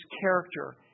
character